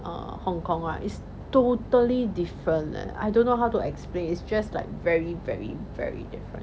err hong-kong [one] is totally different leh I don't know how to explain it's just like very very very different